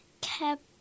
kept